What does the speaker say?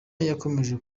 yakomeje